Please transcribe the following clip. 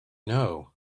know